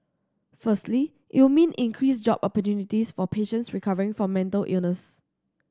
firstly it will mean increased job opportunities for patients recovering from mental illness